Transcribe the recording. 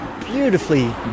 beautifully